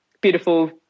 beautiful